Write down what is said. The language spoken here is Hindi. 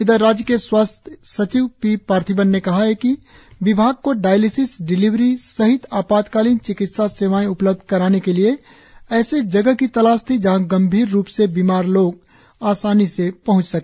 इधर राज्य के स्वास्थ्य सचिव पी पार्थिवन ने कहा हाकि विभाग को डायलिसिस डिलिवरी सहित आपातकालिन चिकित्सा सेवाएं उपलब्ध कराने के लिए ऐसे जगह की तलाश थी जहां गंभीर रुप से बीमार लोग आसानी से पहुंच सके